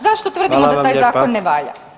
Zašto tvrdimo [[Upadica: Hvala vam lijepa.]] da taj zakon ne valja?